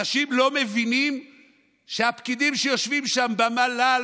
אנשים לא מבינים שהפקידים שיושבים שם במל"ל,